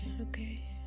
okay